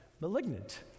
malignant